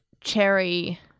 Cherry